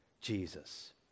Jesus